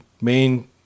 main